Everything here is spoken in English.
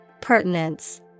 Pertinence